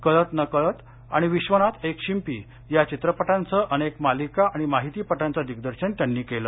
कळत नकळत आणि विश्वनाथ एक शिंपी या चित्रपटांसह अनेक मालिका आणि माहितीपटांचं दिग्दर्शन त्यांनी केलं